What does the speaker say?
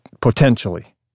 potentially